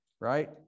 right